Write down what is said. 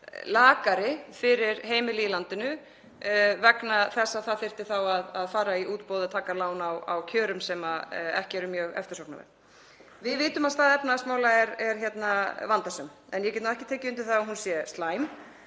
lakari fyrir heimilin í landinu vegna þess að það þyrfti þá að fara í útboð og taka lán á kjörum sem ekki eru mjög eftirsóknarverð. Við vitum að staða efnahagsmála er vandasöm en ég get ekki tekið undir það að hún sé slæm.